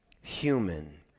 human